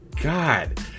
God